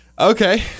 Okay